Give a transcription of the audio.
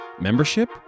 Membership